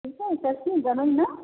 बिलकुल ट्रस्ट मी जमेल नं